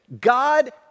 God